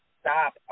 stop